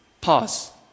Pause